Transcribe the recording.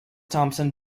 thompson